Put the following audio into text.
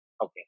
Okay